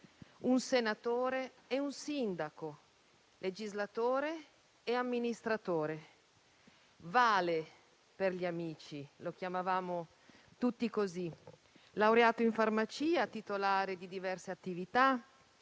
un senatore e un sindaco, legislatore e amministratore, Vale per gli amici (lo chiamavamo tutti così). Laureato in farmacia, titolare di diverse attività,